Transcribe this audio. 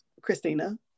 Christina